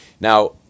now